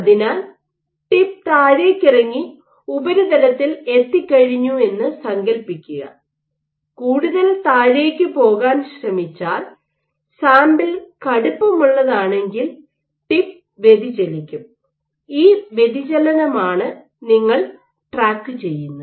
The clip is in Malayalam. അതിനാൽ ടിപ്പ് താഴേക്കിറങ്ങി ഉപരിതലത്തിൽ എത്തിക്കഴിഞ്ഞു എന്ന് സങ്കൽപ്പിക്കുക കൂടുതൽ താഴേക്ക് പോകാൻ ശ്രമിച്ചാൽ സാമ്പിൾ കടുപ്പമുള്ളതാണെങ്കിൽ ടിപ്പ് വ്യതിചലിക്കും ഈ വ്യതിചലനമാണ് നിങ്ങൾ ട്രാക്കു ചെയ്യുന്നത്